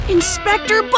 Inspector